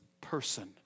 person